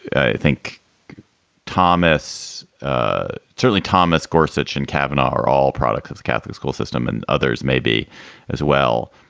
i think thomas ah certainly thomas gorsuch and kevin ah are all products of the catholic school system and others maybe as well.